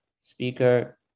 speaker